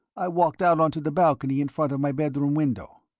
i walked out on to the balcony in front of my bedroom window.